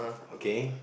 okay